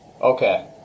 Okay